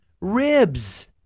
Ribs